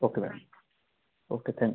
okay ma'am okay